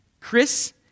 Chris